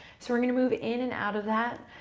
so we're going to move in and out of that,